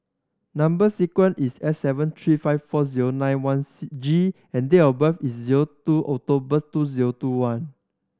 number sequence is S seven three five four zero nine one G and date of birth is zero two October two zero two one